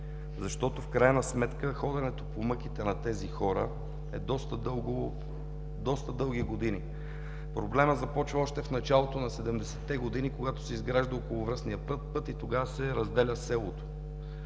защото в крайна сметка ходенето по мъките на тези хора е доста дълги години. Проблемът започва още в началото на 70-те години, когато се изгражда Околовръстният път и тогава се разделя селото.